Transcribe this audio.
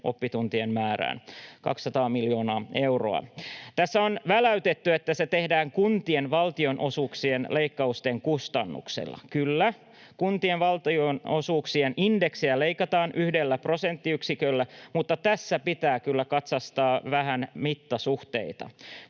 oppituntien määrään, 200 miljoonaa euroa. Tässä on väläytetty, että se tehdään kuntien valtionosuuksien leikkausten kustannuksella. Kyllä, kuntien valtionosuuksien indeksiä leikataan yhdellä prosenttiyksiköllä, mutta tässä pitää kyllä katsastaa vähän mittasuhteita.